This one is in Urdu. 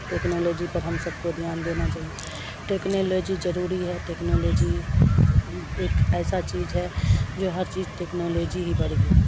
ٹکنالوجی پر ہم سب کو دھیان دینا چاہیے ٹکنالوجی ضروری ہے ٹکنالوجی ایک ایسا چیز ہے جو ہر چیز ٹکنالوجی ہی بڑھ گیا